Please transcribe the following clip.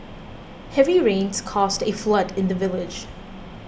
heavy rains caused a flood in the village